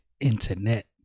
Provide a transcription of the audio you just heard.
internet